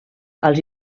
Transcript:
els